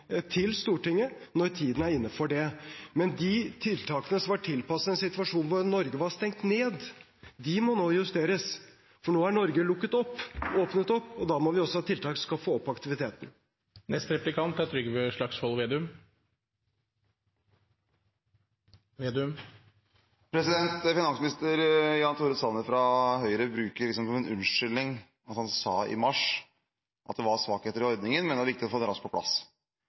til Stortinget når tiden er inne for det. Men de tiltakene som var tilpasset en situasjon hvor Norge var stengt ned, må nå justeres, for nå er Norge åpnet opp, og da må vi også ha tiltak som kan få opp aktiviteten. Finansminister Jan Tore Sanner fra Høyre bruker som en slags unnskyldning at han sa i mars at det var svakheter ved ordningen, men at det var viktig å få det raskt på plass.